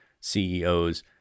CEOs